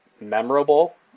memorable